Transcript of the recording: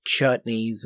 Chutneys